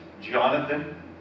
Jonathan